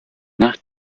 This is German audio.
nach